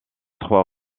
trois